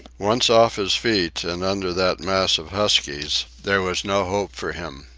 once off his feet and under that mass of huskies, there was no hope for him.